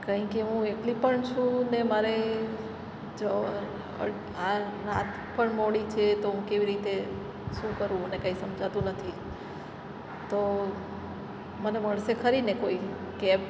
કારણ કે હું એકલી પણ છું ને મારે રાત પણ મોડી છે તો હું કેવી રીતે શું કરવું મને કાંઈ સમજાતું નથી તો મને મળશે ખરીને કોઈ કેબ